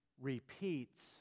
repeats